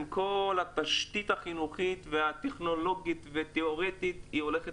כל התשתית הטכנולוגית והחינוכית הולכת